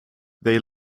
they